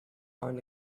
own